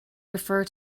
refer